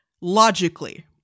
logically